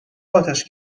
آتش